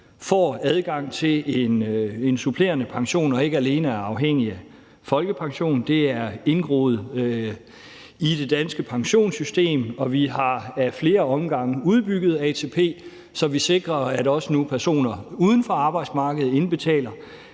får adgang til en supplerende pension og ikke er afhængige af folkepension alene. Det er indgroet i det danske pensionssystem, og vi har ad flere omgange udbygget ATP, så vi sikrer, at nu også personer uden for arbejdsmarkedet indbetaler